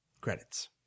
Credits